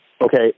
Okay